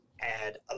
add